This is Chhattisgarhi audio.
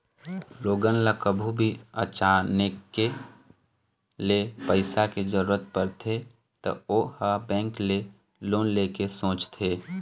लोगन ल कभू भी अचानके ले पइसा के जरूरत परथे त ओ ह बेंक ले लोन ले के सोचथे